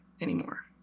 anymore